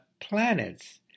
planets